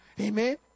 Amen